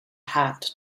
hat